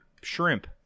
shrimp